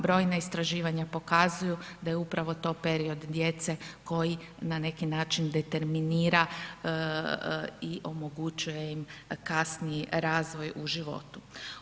Brojna istraživanja pokazuju da je upravo to period djece koji na neki način determinira i omogućuje im kasniji razvoj u životu.